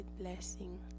blessing